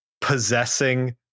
possessing